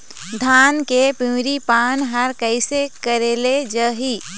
धान के पिवरी पान हर कइसे करेले जाही?